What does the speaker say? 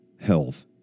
health